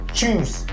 Choose